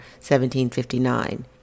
1759